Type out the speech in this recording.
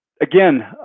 Again